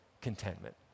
contentment